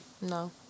No